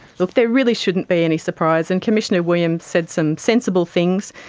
look, there really shouldn't be any surprise, and commissioner williams said some sensible things,